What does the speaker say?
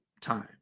time